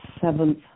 seventh